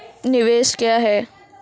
निवेश क्या है?